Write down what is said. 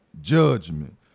judgment